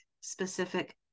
specific